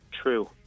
True